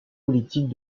politiques